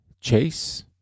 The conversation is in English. Chase